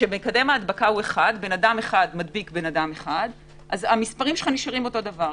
כשמקדם ההדבקה הוא אחד, המספרים נשארים אותו דבר.